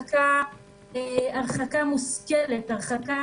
הרחקה מושכלת,